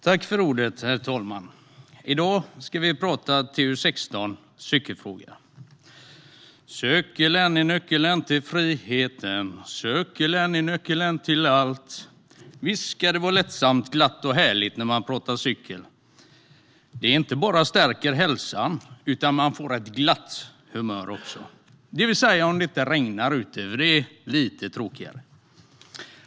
Herr talman! I dag ska vi tala om TU16 Cykelfrågor . Cykeln e nyckelen till frihetenCykeln e nyckelen till allt Visst ska det vara lättsamt, glatt och härligt när man pratar cykel. Det inte bara stärker hälsan, utan man får ett glatt humör också, det vill säga om det inte regnar ute; det är lite tråkigare.